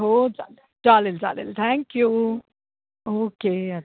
हो चालेल चालेल चालेल थँक यू ओक्के अच्छा